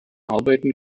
arbeiten